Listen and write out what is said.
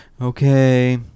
okay